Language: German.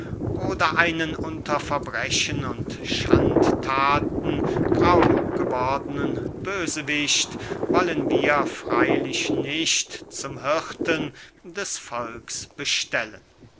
oder einen unter verbrechen und schandthaten grau gewordenen bösewicht wollen wir freylich nicht zum hirten des volks bestellen